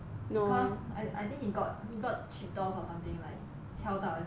because I I think he got he got chendol or something like 敲到还是什么